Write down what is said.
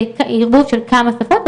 זה ערבוב של כמה שפות,